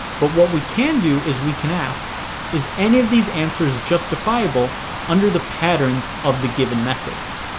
but what we can do is we can ask is any of these answers is justifiable under the patterns of the given methods?